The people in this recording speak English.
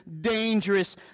dangerous